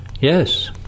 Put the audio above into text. Yes